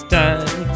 time